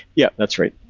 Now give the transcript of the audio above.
yeah, that's right.